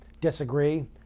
disagree